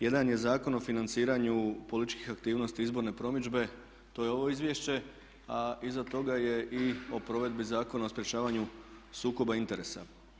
Jedan je Zakon o financiranju političkih aktivnosti i izborne promidžbe, to je ovo izvješće, a iza toga je i o provedbi Zakona o sprječavanju sukoba interesa.